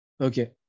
okay